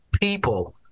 people